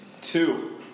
Two